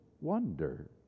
wonder